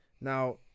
now